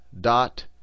dot